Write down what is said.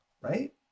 right